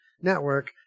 Network